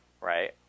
right